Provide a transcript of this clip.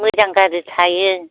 मोजां गाज्रि थायो